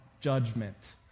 judgment